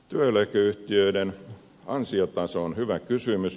työeläkeyhtiöiden ansiotaso on hyvä kysymys